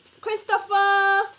Christopher